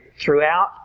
throughout